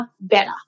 better